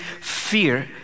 fear